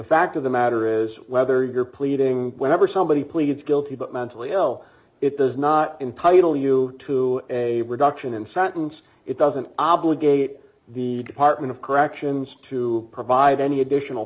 fact of the matter is whether you're pleading whenever somebody pleads guilty but mentally ill it does not impose you know you to a reduction in sentence it doesn't obligate the department of corrections to provide any additional